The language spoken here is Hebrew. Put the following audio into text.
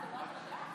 הוא מטריד אותנו.